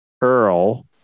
Earl